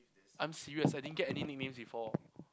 I'm serious I didn't get any nickname before